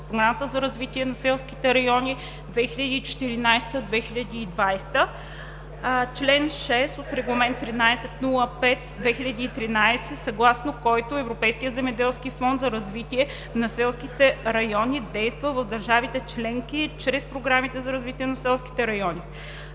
Програмата за развитие на селските райони 2014 – 2020 г.); - чл. 6 от Регламент 1305/2013, съгласно който Европейският земеделски фонд за развитие на селските райони действа в държавите членки чрез програмите за развитие на селските райони.